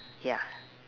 ya